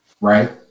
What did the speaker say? Right